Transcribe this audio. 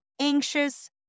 anxious